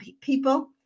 people